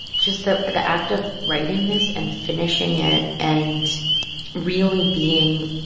just the the act of writing this and finishing it and really being